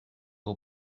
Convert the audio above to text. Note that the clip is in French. aux